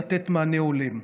לתת מענה הולם.